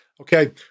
Okay